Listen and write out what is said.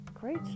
great